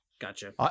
gotcha